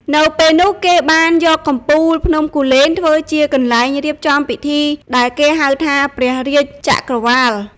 នៅពេលនោះ គេបានយកកំពូលភ្នំគូលែនធ្វើជាកន្លែងរៀបចំពិធីដែលគេហៅថា ព្រះរាជ្យចក្រវាល។